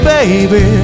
baby